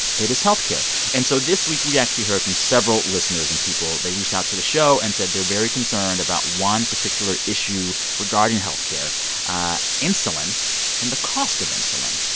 it is health care and so this week, we actually heard from several listeners and people. they reached out to the show and said they're very concerned about one particular issue regarding health care ah insulin and the cost of insulin.